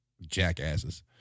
Jackasses